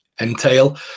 entail